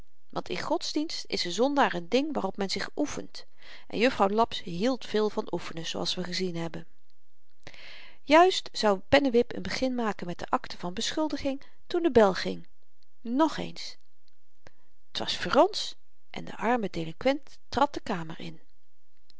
want in de godsdienst is de zondaar n ding waarop men zich oefent en juffrouw laps hield veel van oefenen zooals we gezien hebben juist zou pennewip n begin maken met de akte van beschuldiging toen de bel ging nogeens t was f'r ons en de arme delinkwent trad de kamer in